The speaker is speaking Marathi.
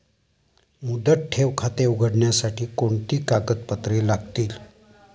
मुदत ठेव खाते उघडण्यासाठी कोणती कागदपत्रे लागतील?